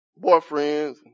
boyfriends